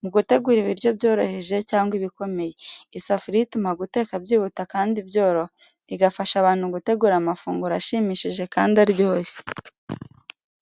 mu gutegura ibiryo byoroheje cyangwa ibikomeye. Isafuriya ituma guteka byihuta kandi byoroha, igafasha abantu gutegura amafunguro ashimishije kandi aryoshye.